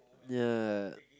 ya